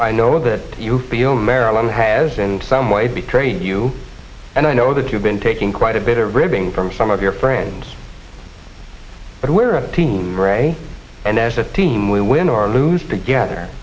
i know that you feel maryland has in some ways betrayed you and i know that you've been taking quite a bit of ribbing from some of your friends but we're a team ray and as a team we win or lose together